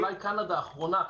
אולי קנדה היא האחרונה.